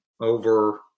over